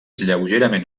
lleugerament